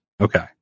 Okay